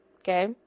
Okay